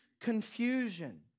confusion